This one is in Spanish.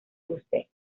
dulce